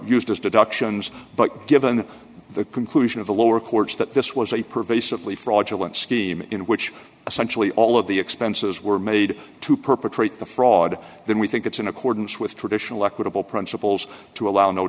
used as deductions but given the conclusion of the lower courts that this was a pervasively fraudulent scheme in which essentially all of the expenses were made to perpetrate the fraud then we think it's in accordance with traditional equitable principles to allow no